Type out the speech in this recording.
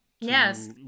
Yes